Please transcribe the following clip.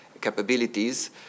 capabilities